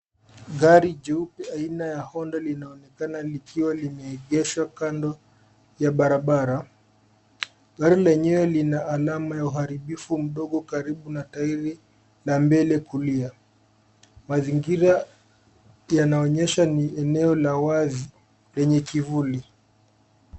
Gari jeupe aina ya Honda linaonekana likiwa limeegeshwa kando ya barabara. Gari lenyewe lina alama ya uharibifu mdogo karibu na tairi la mbele kulia. Mazingira yanaonyesha ni eneo la wazi lenye kivuli.